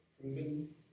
proven